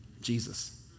Jesus